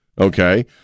Okay